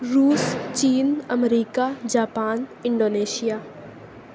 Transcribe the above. روس چین امریکا جاپان انڈونیشیا